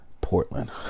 Portland